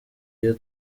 iyo